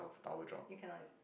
you cannot